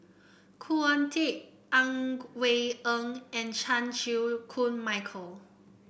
Khoo Oon Teik Ang Wei Neng and Chan Chew Koon Michael